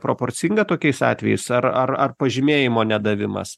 proporcinga tokiais atvejais ar ar ar pažymėjimo nedavimas